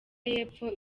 y’epfo